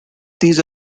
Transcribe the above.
these